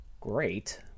great